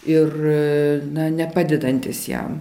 ir nepadedantis jam